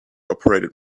operated